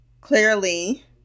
clearly